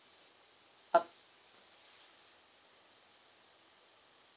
uh